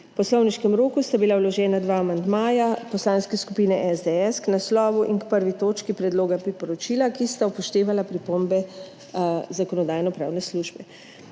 poslovniškem roku sta bila vložena dva amandmaja Poslanske skupine SDS k naslovu in k 1. točki predloga priporočila, ki sta upoštevala pripombe Zakonodajno-pravne službe.